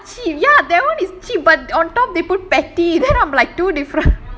ya cheap ya that [one] is cheap but on top they put petty then I'm like two different